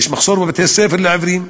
יש מחסור בבתי-ספר לעיוורים,